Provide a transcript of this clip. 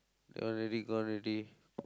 gone already gone already